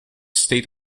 state